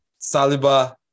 Saliba